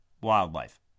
wildlife